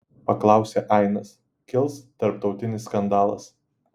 paklausė ainas kils tarptautinis skandalas